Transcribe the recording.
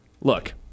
look